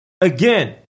again